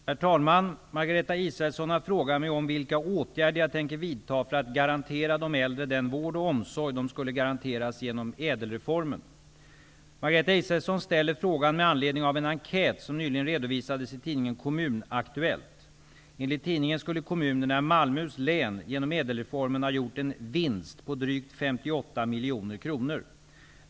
Herr talman! Margareta Israelsson har frågat mig om vilka åtgärder jag tänker vidta för att garantera de äldre den vård och omsorg de skulle garanteras genom ÄDEL-reformen. Margareta Israelsson ställer frågan med anledning av en enkät som nyligen redovisades i tidningen reformen ha gjort en ''vinst'' på drygt 58 miljoner kronor.